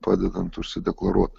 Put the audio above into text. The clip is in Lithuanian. padedant užsideklaruot